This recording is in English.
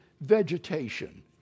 vegetation